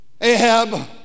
Ahab